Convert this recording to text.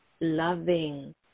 Loving